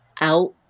Out